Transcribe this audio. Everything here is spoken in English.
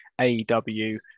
AEW